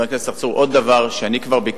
חבר הכנסת צרצור, עוד דבר שביקשתי,